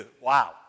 wow